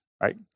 right